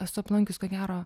esu aplankius ko gero